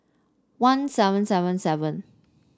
one seven seven seven